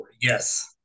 yes